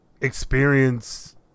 experience